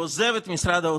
רציתי לקרוא לזה "נאום הבושה",